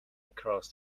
across